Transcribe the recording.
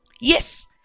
Yes